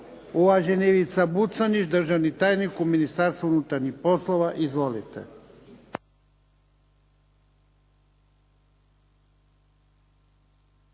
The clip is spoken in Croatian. Uvaženi Ivica Buconjić, državni tajnik u Ministarstvu unutarnjih poslova. Izvolite.